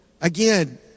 Again